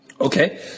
Okay